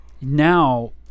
Now